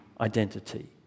identity